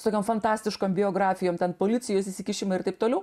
su tokiom fantastiškom biografijom ten policijos įsikišimai ir taip toliau